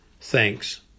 Thanks